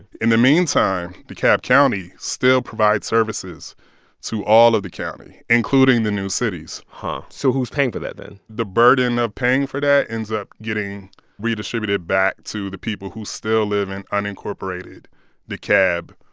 in the meantime, dekalb county still provide services to all of the county, including the new cities huh. so who's paying for that, then? the burden of paying for that ends up getting redistributed back to the people who still live in unincorporated dekalb,